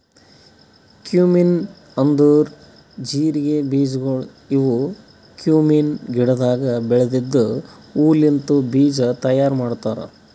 cumin ಅಂದುರ್ ಜೀರಿಗೆ ಬೀಜಗೊಳ್ ಇವು ಕ್ಯುಮೀನ್ ಗಿಡದಾಗ್ ಬೆಳೆದಿದ್ದ ಹೂ ಲಿಂತ್ ಬೀಜ ತೈಯಾರ್ ಮಾಡ್ತಾರ್